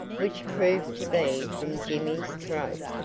which proved to be from jimmy's throat,